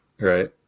right